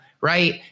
right